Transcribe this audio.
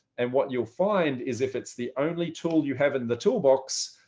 and what you'll find is if it's the only tool you have in the toolbox,